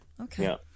Okay